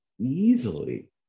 easily